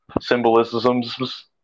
symbolisms